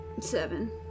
Seven